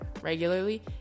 regularly